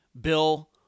Bill